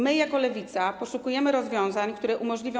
My jako Lewica poszukujemy rozwiązań, które umożliwią.